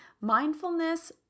mindfulness